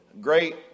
Great